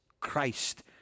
Christ